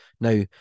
now